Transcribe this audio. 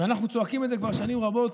ואנחנו צועקים את זה כבר שנים רבות,